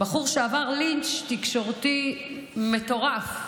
בחור שעבר לינץ' תקשורתי מטורף,